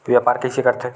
व्यापार कइसे करथे?